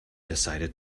decided